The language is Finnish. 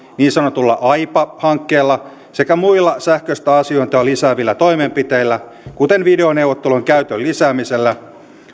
niin sanotulla aipa hankkeella sekä muilla sähköistä asiointia lisäävillä toimenpiteillä kuten videoneuvottelujen käytön lisäämisellä